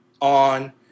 on